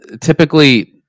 typically